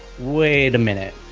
wait a minute.